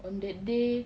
on that day